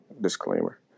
Disclaimer